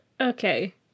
Okay